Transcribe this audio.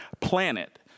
planet